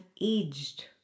aged